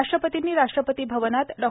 राष्ट्रपतींनी राष्ट्रपती भवनात डॉ